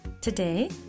today